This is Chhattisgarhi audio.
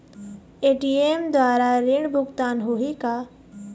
ए.टी.एम द्वारा ऋण भुगतान होही का?